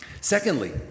secondly